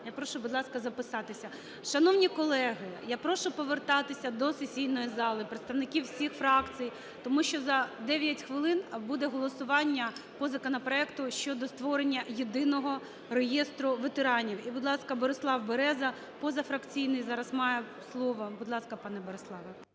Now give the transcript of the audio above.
Я прошу, будь ласка, записатися. Шановні колеги, я прошу повертатися до сесійної зали представників всіх фракцій, тому що за 9 хвилин буде голосування по законопроекту щодо створення єдиного реєстру ветеранів. І, будь ласка, Борислав Береза позафракційний зараз має слово. Будь ласка, Пане Бориславе.